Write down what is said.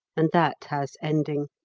and that has ending